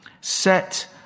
Set